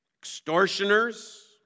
extortioners